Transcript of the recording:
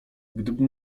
gdybym